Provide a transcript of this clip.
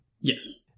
Yes